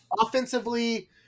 offensively